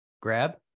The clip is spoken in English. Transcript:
grab